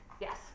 Yes